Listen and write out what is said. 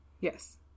Yes